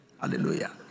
hallelujah